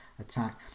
attack